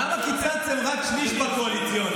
למה קיצצתם רק שליש בקואליציוני?